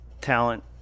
talent